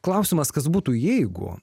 klausimas kas būtų jeigu